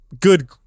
good